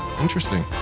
interesting